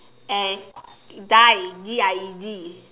and died D I E D